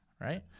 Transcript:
right